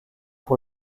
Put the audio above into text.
pour